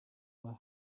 were